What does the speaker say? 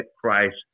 Christ